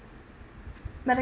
but